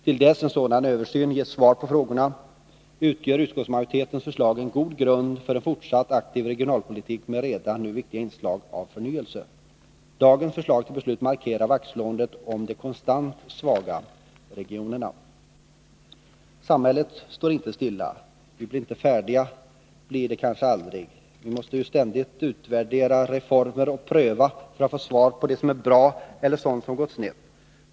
Till dess en sådan översyn ger svar på de frågorna utgör utskottsmajoritetens förslag en god grund för en fortsatt aktiv regionalpolitik med redan nu viktiga inslag av förnyelse. Dagens förslag till beslut markerar vaktslåendet om de konstant svaga regionerna. Samhället står inte stilla. Vi blir inte färdiga — blir det kanske aldrig. Vi måste ständigt utvärdera reformer och pröva för att få veta vad som gått bra och vad som gått snett.